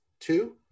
two